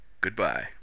goodbye